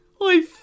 I